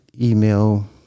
email